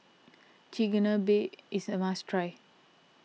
Chigenabe is a must try